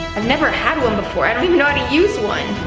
i've never had one before, i don't even know how to use one.